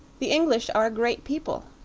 the english are a great people.